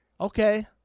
Okay